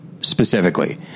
specifically